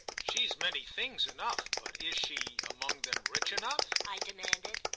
she's many things enough, but is she, among them, rich enough? i demanded.